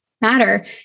matter